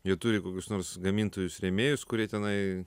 jie turi kokius nors gamintojus rėmėjus kurie tenai